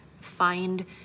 Find